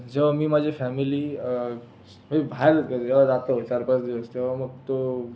जेव्हा मी माझी फॅमिली मी बाहेर जेव्हा जातो चार पाच दिवस तेव्हा मग तो